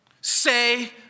say